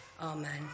Amen